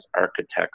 architects